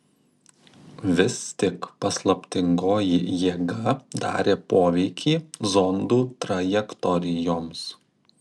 vis tik paslaptingoji jėga darė poveikį zondų trajektorijoms